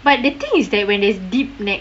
but the thing is that when there's deep neck